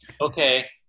Okay